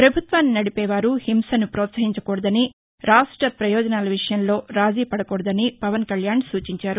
ప్రభుత్వాన్ని నడిపేవారు హింసను ప్రోత్సహించకూడదనీ రాష్ట ప్రయోజనాల విషయంలో రాజీ పడకూడదని పవన్కళ్యాణ్ సూచించారు